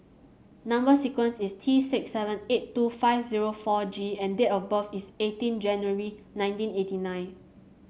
number sequence is T six seven eight two five zero four G and date of birth is eighteen January nineteen eighty nine